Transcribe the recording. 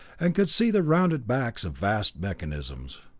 and could see the rounded backs of vast mechanisms.